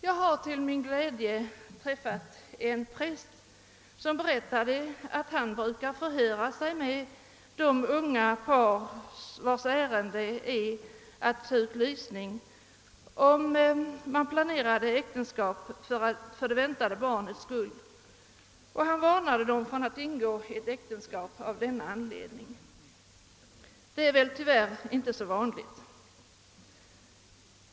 Jag har till min glädje träffat en präst som berättade att han brukat förhöra sig med de unga par, vilkas ärende är att ta ut lysning, om de planerat äktenskapet för det väntade barnets skull, och hade varnat dem för att ingå ett äktenskap av denna anledning. Detta är väl tyvärr inte så vanligt.